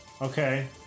Okay